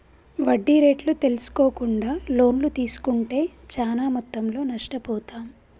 వడ్డీ రేట్లు తెల్సుకోకుండా లోన్లు తీస్కుంటే చానా మొత్తంలో నష్టపోతాం